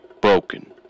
broken